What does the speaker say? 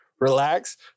relax